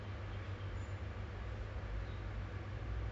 ya my my boyfriend is also uh